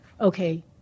okay